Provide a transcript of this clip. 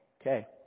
Okay